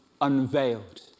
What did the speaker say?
unveiled